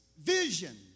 vision